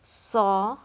saw